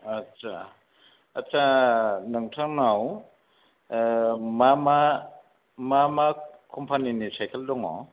आदसा आदसा नोंथांनाव मा मा मा मा मामा कम्फानिनि सायखेल दङ